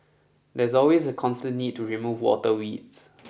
there's always a constant need to remove water weeds